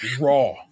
Raw